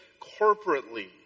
corporately